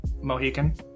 Mohican